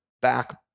back